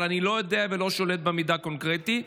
אבל אני לא יודע ולא שולט במידע קונקרטי.